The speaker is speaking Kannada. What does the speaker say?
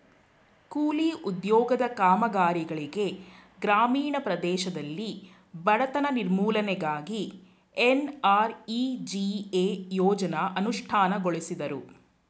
ಕೂಲಿ ಉದ್ಯೋಗದ ಕಾಮಗಾರಿಗಳಿಗೆ ಗ್ರಾಮೀಣ ಪ್ರದೇಶದಲ್ಲಿ ಬಡತನ ನಿರ್ಮೂಲನೆಗಾಗಿ ಎನ್.ಆರ್.ಇ.ಜಿ.ಎ ಯೋಜ್ನ ಅನುಷ್ಠಾನಗೊಳಿಸುದ್ರು